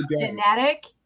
genetic